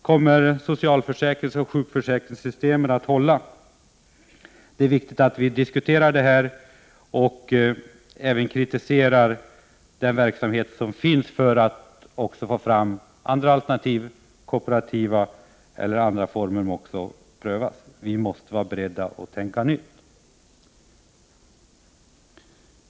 Kommer socialförsäkringsoch sjukförsäkringssystemen att hålla? Det är viktigt att vi diskuterar det och även kritiserar den verksamhet som finns, för att få fram också andra alternativ och kunna pröva kooperativ och andra former. Vi måste vara beredda att tänka nytt.